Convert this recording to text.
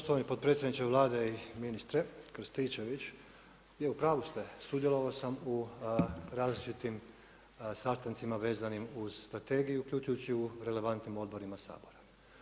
Poštovani potpredsjedniče Vlade i ministre Krstičević, je u pravu ste, sudjelovao sam u različitim sastancima vezanim uz strategiju uključujući u relevantnim odborima Sabora.